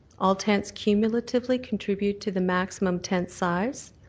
all tents cumulatively contribute to the maximum tent size.